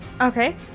Okay